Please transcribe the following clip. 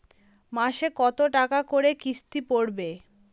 মাসে কত টাকা করে কিস্তি পড়বে?